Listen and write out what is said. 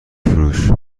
فروش